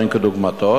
אין כדוגמתו,